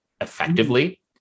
effectively